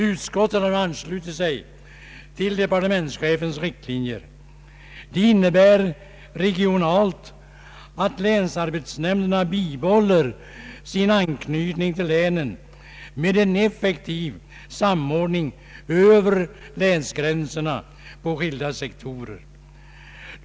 Utskottet har nu anslutit sig till departementschefens riktlinjer. De innebär regionalt att länsarbetsnämnderna bibehåller sin anknytning till länen med en effektiv samordning över länsgränserna på skilda sektorer.